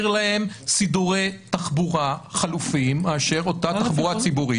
סידורי תחבורה חלופיים מאשר אותה תחבורה ציבורית.